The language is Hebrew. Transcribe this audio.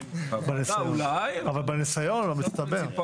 בניסיון המצטבר.